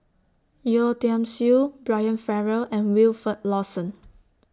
Yeo Tiam Siew Brian Farrell and Wilfed Lawson